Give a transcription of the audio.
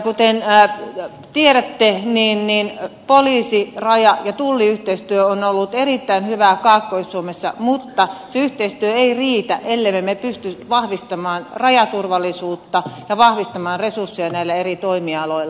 kuten hän ei vielä tee niin tiedätte poliisi raja ja tulli yhteistyö on ollut erittäin hyvää kaakkois suomessa mutta se yhteistyö ei riitä ellemme me pysty vahvistamaan rajaturvallisuutta ja vahvistamaan resursseja näillä eri toimialoilla